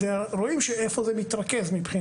רואים איפה זה מתרכז.